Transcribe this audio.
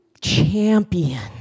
champion